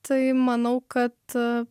tai manau kad